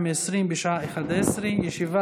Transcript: אז אני אנסה.